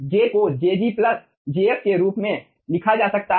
j को jg jf के रूप में लिखा जा सकता है